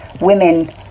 women